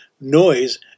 noise